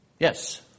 Yes